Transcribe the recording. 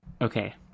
okay